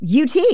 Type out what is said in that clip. UT